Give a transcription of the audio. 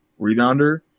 rebounder